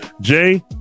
Jay